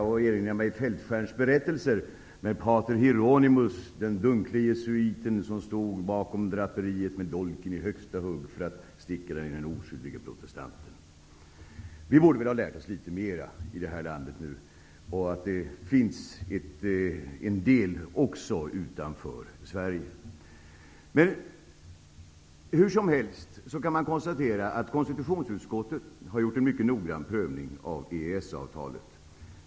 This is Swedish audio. Jag erinrar mig Fältskärns berättelser, där pater Hieronymus, den dunkle jesuiten som stod bakom draperiet med dolken i högsta hugg för att sticka den i den oskyldige protestanten. Vi borde väl ha lärt oss litet mera i detta land. Det finns en del också utanför Sverige. Men hur som helst kan man konstatera att Konstitutionsutskottet har gjort en mycket noga prövning av EES-avtalet.